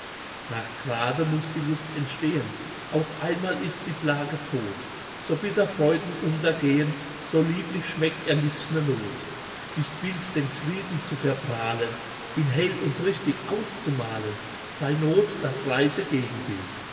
lust nachgrade muß die lust entstehen auf einmal ist die plage todt so bitter freuden untergehen so lieblich schmeckt erlittne noth nicht wild den frieden zu